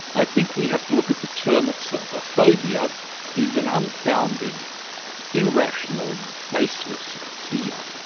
i think we have to look at the term itself. a phobia is an unfounded irrational baseless fear.